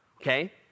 Okay